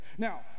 Now